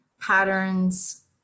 patterns